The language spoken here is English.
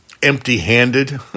empty-handed